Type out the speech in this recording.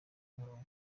murongo